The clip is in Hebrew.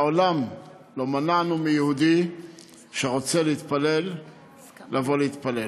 מעולם לא מנענו מיהודי שרוצה להתפלל לבוא להתפלל.